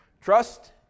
Trust